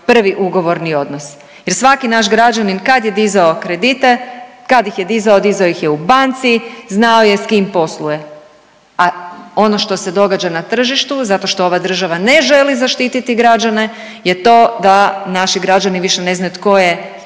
prvi ugovorni odnos jer svaki naš građanin kad je dizao kredite, kad ih je dizao dizao ih je u banci, znao je s kim posluje, a ono što se događa na tržištu zato što ova država ne želi zaštititi građane je to da naši građani više ne znaju tko je